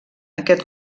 aquest